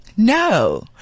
No